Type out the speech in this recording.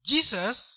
Jesus